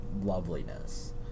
loveliness